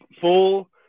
full